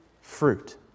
fruit